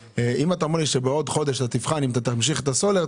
אם אתה אומר לי שבעוד חודש אתה תבחן אם אתה תמשיך את הסולר,